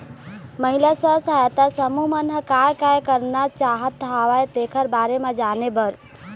महिला स्व सहायता समूह मन ह काय काय करना चाहत हवय तेखर बारे म जाने बर